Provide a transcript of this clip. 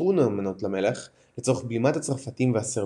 שנותרו נאמנות למלך, לצורך בלימת הצרפתים והסרבים.